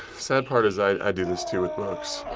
sad part is, i do this too with books.